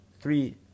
three